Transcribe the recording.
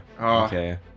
Okay